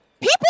people